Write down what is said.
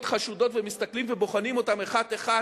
חשודות ומסתכלים ובוחנים אותן אחת-אחת,